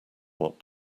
what